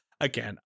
again